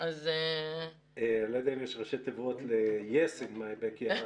אני לא יודע אם יש ראשי תיבות ל-yes in my backyard.